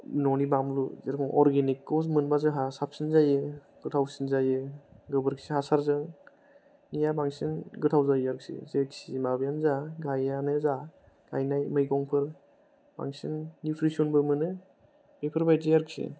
न'नि बानलु जेरखम अर्गेनिकखौ मोनबा जोंहा साबसिन जायो गोथावसिन जायो गोबोरखि हासारजोंनिया बांसिन गोथाव जायो आरोखि जेखि माबायानो जा गायोआनो जा गायनाय मैगंफोर बांसिन निउट्रिसनबो मोनो बेफोरबायदि आरोखि